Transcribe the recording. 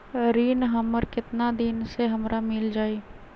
ऋण हमर केतना दिन मे हमरा मील जाई?